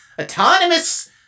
autonomous